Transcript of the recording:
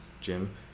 Jim